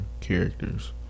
characters